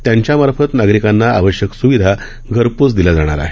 त्यांच्यामार्फत नागरिकांना आवश्यक स्विधा घरपोच दिल्या जाणार आहेत